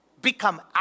become